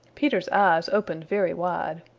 peter's eyes opened very wide.